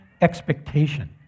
Expectation